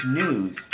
news